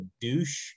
douche